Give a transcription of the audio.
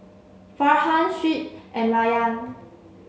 Farhan Shuib and Rayyan